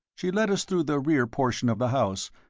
she led us through the rear portion of the house,